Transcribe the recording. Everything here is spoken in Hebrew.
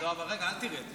שההצבעה תהיה במועד אחר.